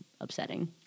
upsetting